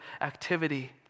activity